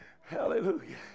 hallelujah